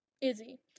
Izzy